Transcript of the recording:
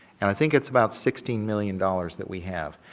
and i think it's about sixteen million dollars that we have.